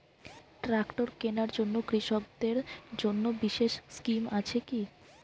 Tractor কেনার জন্য কৃষকদের জন্য বিশেষ স্কিম আছে কি?